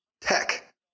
tech